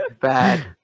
Bad